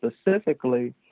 specifically